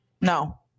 No